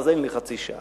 אז אין לי חצי שעה.